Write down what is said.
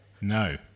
No